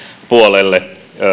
puolelle